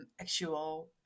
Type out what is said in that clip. actual